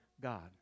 God